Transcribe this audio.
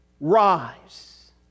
rise